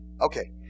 Okay